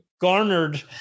garnered